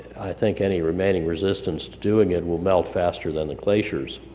think any remaining resistance to doing it will melt faster than the glaciers.